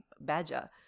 Badger